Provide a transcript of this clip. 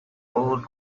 old